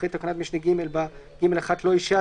אחרי תקנת משנה (ג) בא: "(ג1)לא ישהה